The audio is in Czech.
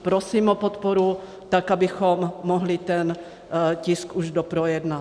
Prosím o podporu tak, abychom mohli ten tisk už doprojednat.